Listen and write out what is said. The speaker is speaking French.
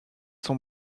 son